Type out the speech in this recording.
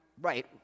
right